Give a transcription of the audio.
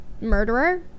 murderer